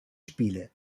spiele